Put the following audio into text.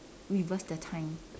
reverse the time